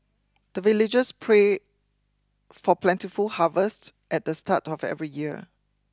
the villagers pray for plentiful harvest at the start of every year